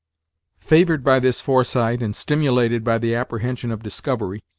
favored by this foresight, and stimulated by the apprehension of discovery,